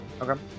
Okay